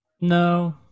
No